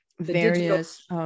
various